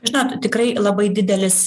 žinot tikrai labai didelis